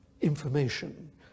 information